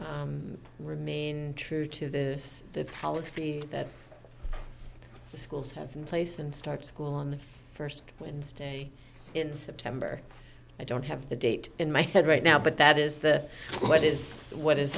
we remain true to this the policy that the schools have in place and start school on the first wednesday in september i don't have the date in my head right now but that is the what is what is